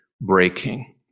breaking